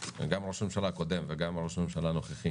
גם ראש הממשלה הקודם וגם ראש הממשלה הנוכחי